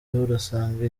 urasanga